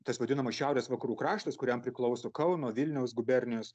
tas vadinamas šiaurės vakarų kraštas kuriam priklauso kauno vilniaus gubernijos